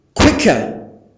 quicker